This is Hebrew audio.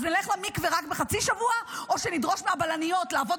נלך למקווה רק בחצי שבוע או שנדרוש מהבלניות לעבוד